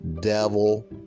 devil